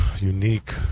unique –